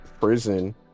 prison